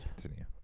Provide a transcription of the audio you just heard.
Continue